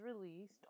released